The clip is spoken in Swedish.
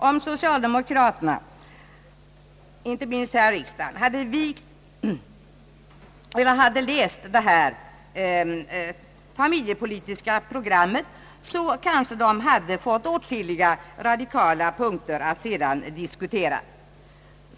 Om socialdemokraterna, inte minst här i riksdagen, hade läst detta familjepolitiska program, hade de kanske fått åtskilliga radikala punkter att diskutera.